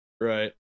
right